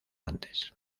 antes